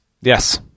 Yes